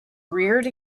reared